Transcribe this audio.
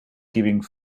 giving